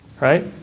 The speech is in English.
Right